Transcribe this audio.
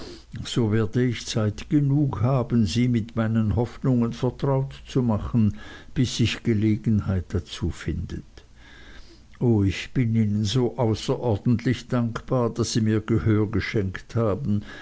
so werde ich zeit genug haben sie mit meinen hoffnungen vertraut zu machen bis sich gelegenheit dazu findet o ich bin ihnen so außerordentlich dankbar daß sie mir gehör geschenkt haben